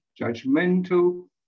judgmental